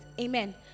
Amen